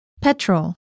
Petrol